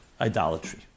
idolatry